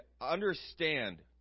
understand